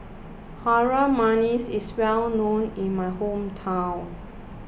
Harum Manis is well known in my hometown